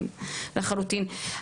לחלוטין.